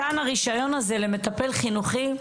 מתן הרישיון הזה למטפל חינוכי,